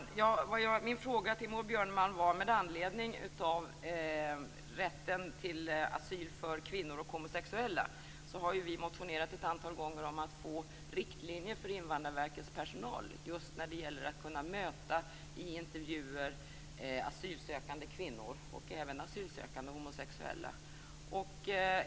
Fru talman! Min fråga till Maud Björnemalm var med anledning av rätten till asyl för kvinnor och homosexuella. Vi i Vänsterpartiet har motionerat ett antal gånger om att få riktlinjer för Invandrarverkets personal just när det gäller att i intervjuer kunna möta asylsökande kvinnor och även asylsökande homosexuella.